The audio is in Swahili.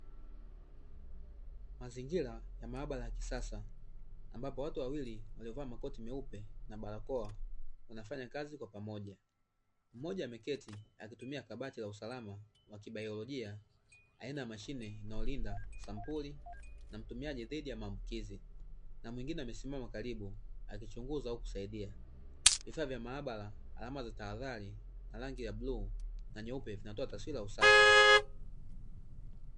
Mazingira ya maabara ya kisasa, ambapo watu wawili waliovaa makoti meupe na barakoa, wanafanya kazi kwa pamoja. Mmoja ameketi akitumia kabati la usalama wa kibaiolojia, aina ya mashine inayolinda sampuli na mtumiaji dhidi ya maambukizi, na mwingine amesimama karibu akichunguza, au kusaidia. Vifaa vya maaabara, alama za tahadhari, na rangi ya bluu, zinatoa taswira ya usafi.